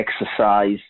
exercise